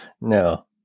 No